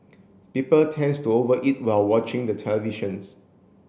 people tends to over eat while watching the televisions